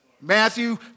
Matthew